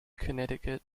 connecticut